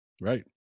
Right